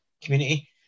community